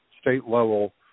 state-level